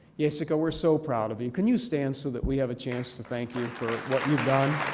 yessica, we're so proud of you. can you stand so that we have a chance to thank you for what you've done?